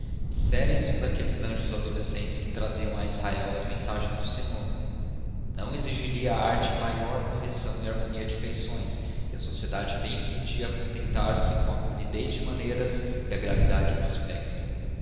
céu disséreis um daqueles anjos adolescentes que traziam a israel as mensagens do senhor não exigiria a arte maior correção e harmonia de feições e a sociedade bem podia contentar-se com a polidez de maneiras e a gravidade do aspecto